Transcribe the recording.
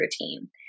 routine